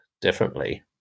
differently